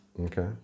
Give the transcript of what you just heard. Okay